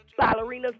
ballerinas